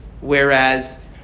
whereas